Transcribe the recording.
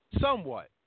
Somewhat